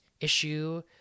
issue